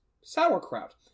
sauerkraut